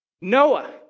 Noah